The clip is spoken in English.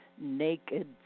naked